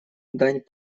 дань